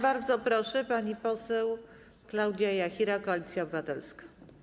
Bardzo proszę, pani poseł Klaudia Jachira, Koalicja Obywatelska.